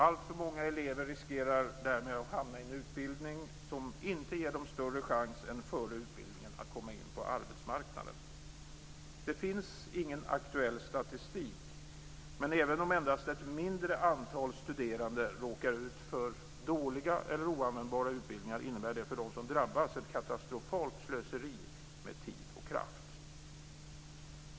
Alltför många elever riskerar därmed att hamna i en utbildning som inte ger dem större chans än vad de hade före utbildningen att komma in på arbetsmarknaden. Det finns ingen aktuell statistik, men även om endast ett mindre antal studerande råkar ut för dåliga eller oanvändbara utbildningar innebär det för dem som drabbas ett katastrofalt slöseri med tid och kraft.